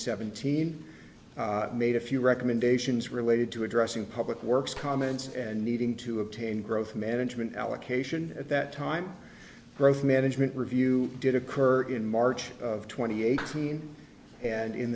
seventeen made a few recommendations related to addressing public works comments and needing to obtain growth management allocation at that time growth management review did occur in march twenty eighth seen and in